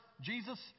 Jesus